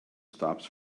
stops